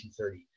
1930